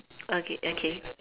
okay okay